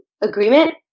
agreement